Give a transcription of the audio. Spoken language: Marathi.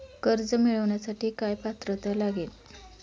कर्ज मिळवण्यासाठी काय पात्रता लागेल?